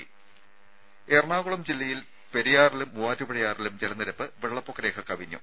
രുമ എറണാകുളം ജില്ലയിൽ പെരിയാറിലും മൂവാറ്റുപുഴയാറിലും ജലനിരപ്പ് വെള്ളപ്പൊക്ക രേഖ കവിഞ്ഞു